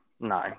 no